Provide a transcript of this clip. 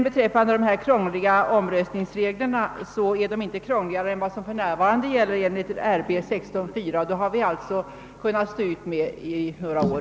Beträffande de krångliga omröstningsreglerna vill jag säga att de: inte är krångligare än de som för mnärvarande gäller enligt RB 16:4 och dem har vi kunnat stå ut med i flera år.